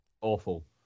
Awful